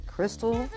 Crystal